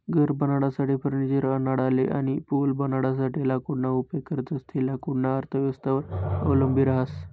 घर बनाडासाठे, फर्निचर बनाडाले अनी पूल बनाडासाठे लाकूडना उपेग करतंस ते लाकूडना अर्थव्यवस्थावर अवलंबी रहास